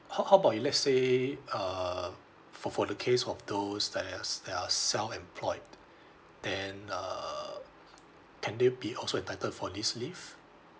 how how about if let say uh for for the case of those that are s~ that are self employed then uh can they be also entitled for this leave